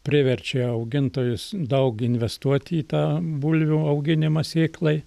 priverčia augintojus daug investuoti į tą bulvių auginimą sėklai